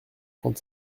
trente